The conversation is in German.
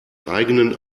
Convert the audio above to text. eigenen